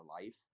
life